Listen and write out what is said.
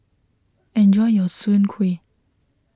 enjoy your Soon Kuih